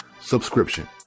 subscription